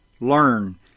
learn